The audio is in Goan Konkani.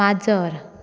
माजर